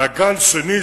מעגל שני,